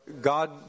God